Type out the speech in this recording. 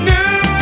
New